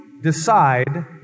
decide